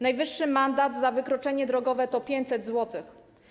Najwyższy mandat za wykroczenie drogowe to 500 zł.